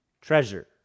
treasure